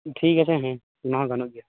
ᱴᱷᱤᱠ ᱟᱪᱷᱮ ᱦᱮᱸ ᱚᱱᱟᱦᱚᱸ ᱜᱟᱱᱚᱜ ᱜᱮᱭᱟ